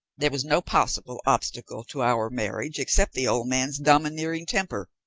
there was no possible obstacle to our marriage except the old man's domineering temper.